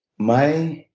my